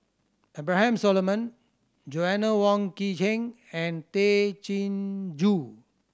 Abraham Solomon Joanna Wong Quee Heng and Tay Chin Joo